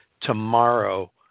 tomorrow